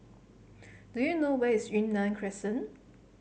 do you know where is Yunnan Crescent